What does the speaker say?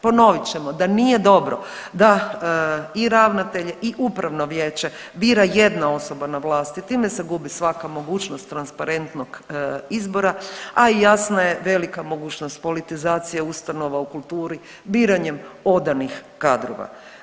Ponovit ćemo da nije dobro da i ravnatelj i upravno vijeće bira jedna osoba na vlasti time se gubi svaka mogućnost transparentnog izbora, a i jasna je velika mogućnost politizacije ustanova u kulturi biranjem odanih kadrova.